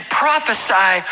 prophesy